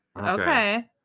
Okay